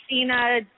Cena